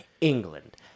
England